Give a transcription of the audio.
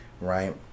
right